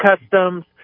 Customs